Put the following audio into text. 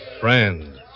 friend